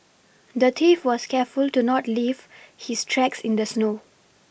the thief was careful to not leave his tracks in the snow